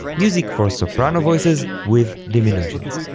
music for soprano voices with diminutions.